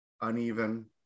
uneven